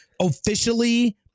officially